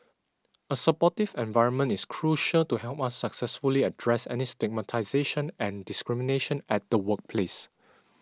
a supportive environment is crucial to help us successfully address any stigmatisation and discrimination at the workplace